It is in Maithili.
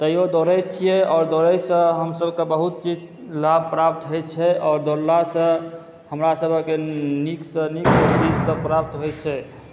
तैयो दौड़ै छियै आओर दौड़य सॅं हमसबके बहुत चीज़ लाभ प्राप्त होइ छै आओर दौड़ला सॅं हमरा सबहक नीक सॅं नीक चीज़ सब प्राप्त होइ छै